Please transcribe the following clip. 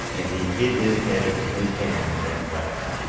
and he hid his head in his hands and wept.